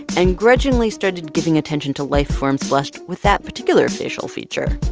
and grudgingly started giving attention to life forms blessed with that particular facial feature.